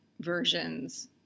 versions